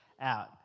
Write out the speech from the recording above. out